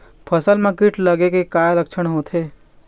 फसल म कीट लगे के का लक्षण होथे?